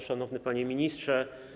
Szanowny Panie Ministrze!